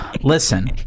listen